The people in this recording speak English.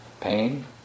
pain